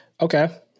Okay